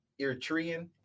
Eritrean